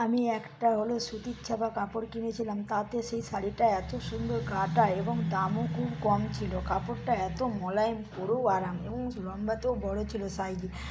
আমি একটা হলো সুতির ছাপা কাপড় কিনেছিলাম তাঁতের সেই শাড়িটা এত সুন্দর কাটা এবং দামও খুব কম ছিলো কাপড়টা এত মোলায়েম পরেও আরাম এবং লম্বাতেও বড়ো ছিলো সাইডে